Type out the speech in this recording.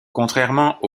contrairement